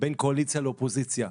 בין קואליציה לאופוזיציה,